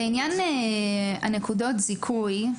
לעניין נקודות הזיכוי,